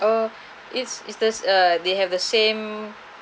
oh is is this err they have the same